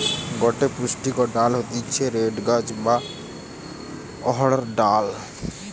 গটে পুষ্টিকর ডাল হতিছে রেড গ্রাম বা অড়হর ডাল